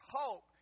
hope